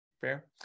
Fair